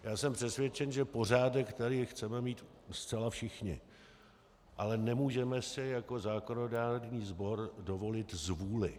Já jsem přesvědčen, že pořádek tady chceme mít zcela všichni, ale nemůžeme si jako zákonodárný sbor dovolit zvůli.